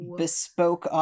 bespoke